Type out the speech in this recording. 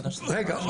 רגע,